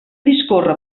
discorre